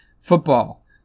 football